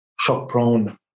shock-prone